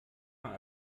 mal